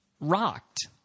rocked